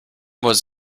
was